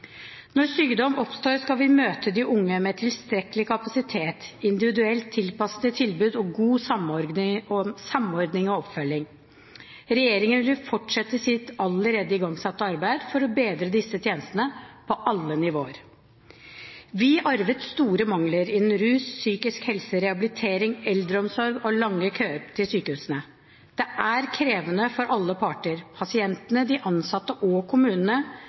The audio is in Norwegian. Når sykdom oppstår, skal vi møte de unge med tilstrekkelig kapasitet, individuelt tilpassede tilbud og god samordning og oppfølging. Regjeringen vil fortsette sitt allerede igangsatte arbeid for å bedre disse tjenestene på alle nivåer. Vi arvet store mangler innen rus, psykisk helse, rehabilitering, eldreomsorg og lange køer til sykehusene. Det er krevende for alle parter, pasientene, de ansatte og kommunene,